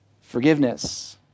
forgiveness